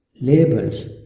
labels